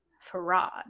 fraud